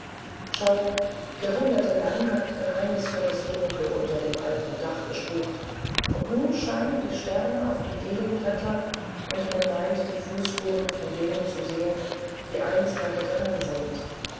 schau jahrhundertelang hat geheimnisvolles dunkel unter dem alten dach gespukt und nun scheinen die sterne auf die dielenbretter und man meint die fußspur von denen zu sehen die einst da gegangen sind